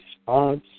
response